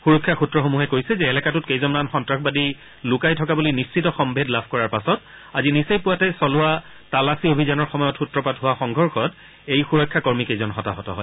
সুৰক্ষা সূত্ৰসমূহে কৈছে যে এলেকাটোত কেইজনমান সন্তাসবাদী লুকাই থকা বুলি নিশ্চিত সম্ভেদ লাভ কৰাৰ পাছত আজি নিচেই পুৰাতে চলোৱা তালাচী অভিযানৰ সময়ত সূত্ৰপাত হোৱা সংঘৰ্ষত এই সূৰক্ষা কৰ্মীকেইজন হতাহত হয়